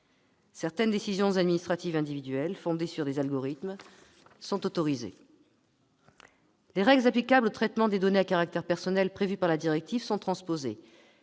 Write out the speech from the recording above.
Certaines décisions administratives individuelles fondées sur des algorithmes sont autorisées. Les règles applicables au traitement de données à caractère personnel prévues par la directive sont transposées.